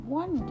one